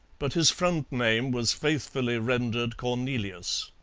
but his front name was faithfully rendered cornelius.